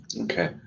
Okay